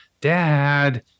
dad